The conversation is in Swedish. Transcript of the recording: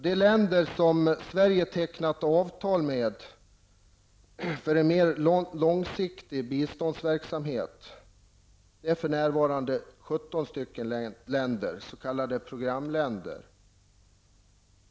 De länder Sverige tecknat avtal med för en mer långsiktig biståndsverksamhet är för närvarande 17, s.k. programländer.